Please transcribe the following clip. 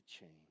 change